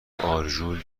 آرژول